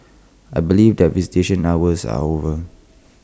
I believe that visitation hours are over